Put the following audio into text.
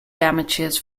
damages